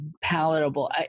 palatable